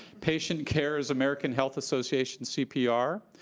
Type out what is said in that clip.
patient care is american health association cpr.